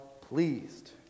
pleased